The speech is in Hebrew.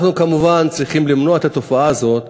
אנחנו כמובן צריכים למנוע את התופעה הזאת.